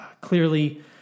Clearly